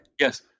Yes